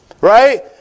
Right